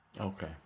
Okay